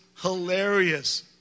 hilarious